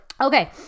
Okay